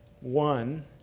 One